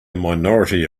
minority